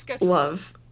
Love